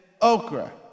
okra